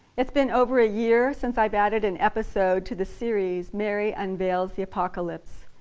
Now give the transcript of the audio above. it's been over a year since i've added an episode to the series mary unveils the apocalypse.